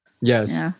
Yes